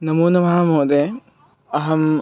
नमो नमः महोदय अहं